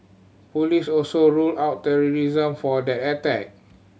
police also ruled out terrorism for that attack